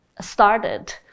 started